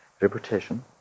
reputation